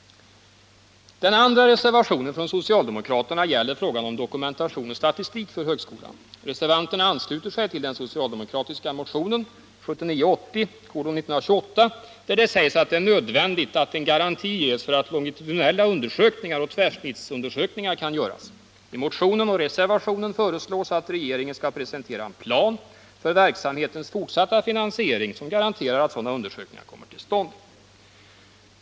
Den andra reservationen från socialdemokraterna gäller frågan om dokumentation och statistik för högskolan. Reservanterna ansluter sig till den socialdemokratiska motionen 1979/80:1928, där det sägs att det är nödvändigt att en garanti ges för att longitudinella undersökningar och tvärsnittsundersökningar kan göras. I motionen och i reservationen föreslås att regeringen skall presentera en plan för verksamhetens fortsatta finansiering, som garanterar att sådana undersökningar kommer till stånd.